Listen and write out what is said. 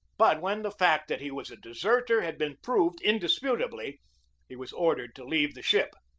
but when the fact that he was a deserter had been proved indisputably he was or dered to leave the ship.